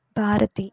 Bharati